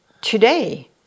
today